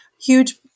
huge